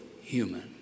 human